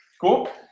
Cool